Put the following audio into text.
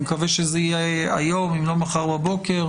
אני מקווה שזה יהיה היום, ואם לא מחר בבוקר.